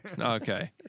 Okay